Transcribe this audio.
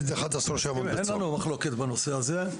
אין לנו מחלוקת בנושא הזה.